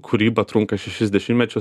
kūryba trunka šešis dešimtmečius